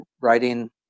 writing